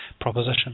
proposition